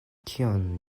kion